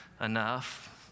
enough